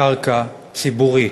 קרקע ציבורית,